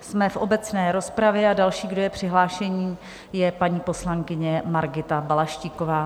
Jsme v obecné rozpravě a další, kdo je přihlášený, je paní poslankyně Margita Balaštíková.